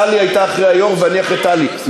טלי הייתה אחרי היושב-ראש ואני אחרי טלי,